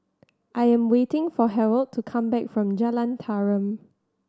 I am waiting for Harrold to come back from Jalan Tarum